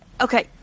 Okay